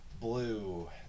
blue